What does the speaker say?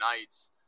nights